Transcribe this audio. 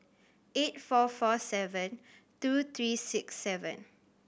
eight four four seven two three six seven